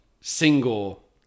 single